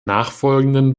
nachfolgenden